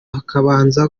hakabanza